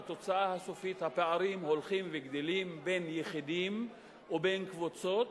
בתוצאה הסופית הפערים הולכים וגדלים בין יחידים ובין קבוצות,